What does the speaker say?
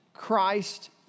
Christ